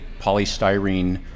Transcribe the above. polystyrene